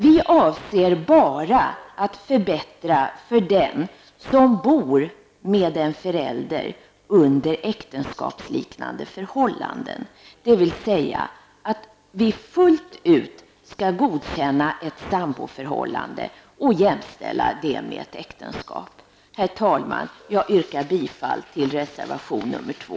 Vi avser bara att förbättra för dem som bor tillsammans med en förälder under äktenskapsliknande förhållanden, dvs. att vi fullt ut skall godkänna ett samboförhållande och jämställa det med ett äktenskap. Herr talman! Jag yrkar bifall till reservation 2.